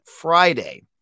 Friday